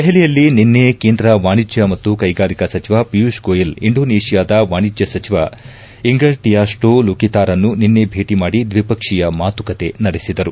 ದೆಹಲಿಯಲ್ಲಿ ನಿನ್ನೆ ಕೇಂದ್ರ ವಾಣಿಜ್ಯ ಮತ್ತು ಕೈಗಾರಿಕಾ ಸಚಿವ ಪಿಯೂಷ್ ಗೋಯಲ್ ಇಂಡೋನೇಷಿಯಾದ ವಾಣಿಜ್ಯ ಸಚಿವ ಎಂಗರ್ಟಿಯಾಸ್ಚೋ ಲುಕಿತಾರನ್ನು ನಿನ್ನೆ ಭೇಟಿ ಮಾದಿ ದ್ವಿಪಕ್ಷೀಯ ಮಾತುಕತೆ ನಡೆಸಿದರು